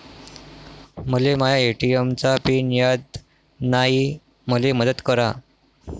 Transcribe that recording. मले माया ए.टी.एम चा पिन याद नायी, मले मदत करा